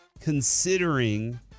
considering